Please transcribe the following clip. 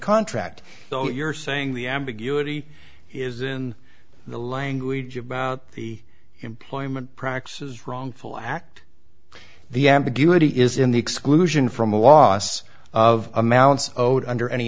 contract though you're saying the ambiguity is in the language about the employment practices wrongful act the ambiguity is in the exclusion from a loss of amounts owed under any